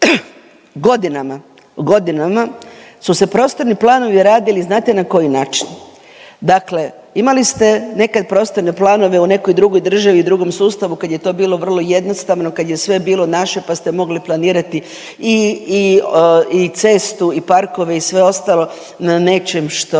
godinama su se prostorni planovi radili znate na koji način? Dakle, imali ste nekad prostorne planove u nekoj drugoj državi, drugom sustavu kad je to bilo vrlo jednostavno, kad je sve bilo naše pa ste mogli planirati i cestu i parkove i sve ostalo na nečem što